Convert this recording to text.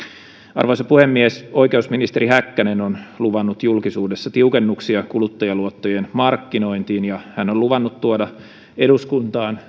arvoisa puhemies oikeusministeri häkkänen on luvannut julkisuudessa tiukennuksia kuluttajaluottojen markkinointiin ja hän on luvannut tuoda eduskuntaan